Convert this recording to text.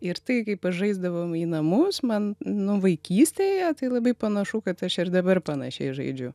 ir tai kaip pažaisdavom į namus man nu vaikystėje tai labai panašu kad aš ir dabar panašiai žaidžiu